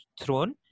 throne